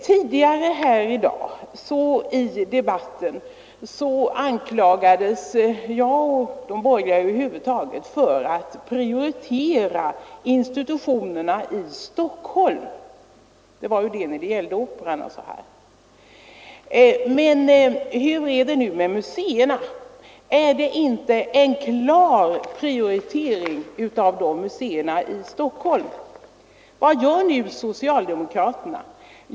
Tidigare under debatten i dag anklagades jag och de borgerliga över huvud taget för att prioritera institutioner i Stockholm, bl.a. Operan. Men hur är det nu med museerna? Är det inte en klar prioritering av museerna i Stockholm? Vad gör socialdemokraterna?